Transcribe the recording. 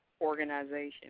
organization